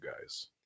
guys